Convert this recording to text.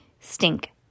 Stink